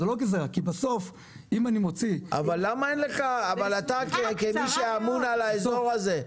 כי בסוף אם אני מוציא --- אבל אתה כמי שאמון על האזור הזה,